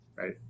Right